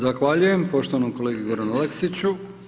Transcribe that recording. Zahvaljujem poštovanom kolegi Goranu Aleksiću.